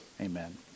Amen